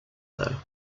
though